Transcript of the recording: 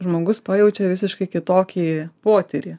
žmogus pajaučia visiškai kitokį potyrį